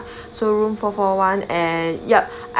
so room four four one and ya